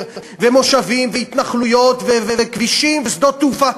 ומושבים והתנחלויות וכבישים ושדות-תעופה,